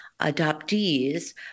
adoptees